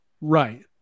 Right